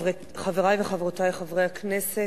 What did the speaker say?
חברי וחברותי חברי הכנסת,